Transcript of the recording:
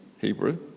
Hebrew